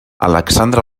alexandre